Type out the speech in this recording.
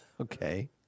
Okay